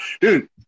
Dude